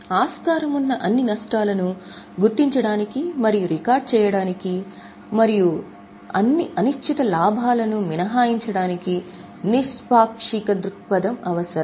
ఆస్కారమున్న అన్ని నష్టాలను గుర్తించడానికి మరియు రికార్డ్ చేయడానికి మరియు అన్ని అనిశ్చిత లాభాలను మినహాయించడానికి నిష్పాక్షిక దృక్పథం అవసరం